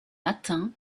matin